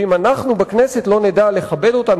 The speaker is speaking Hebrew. ואם אנחנו בכנסת לא נדע לכבד אותן,